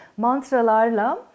mantralarla